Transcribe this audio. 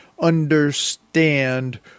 Understand